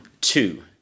Two